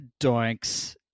Doinks